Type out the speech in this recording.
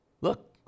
Look